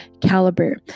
caliber